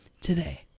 today